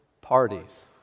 parties